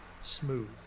smooth